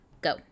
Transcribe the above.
go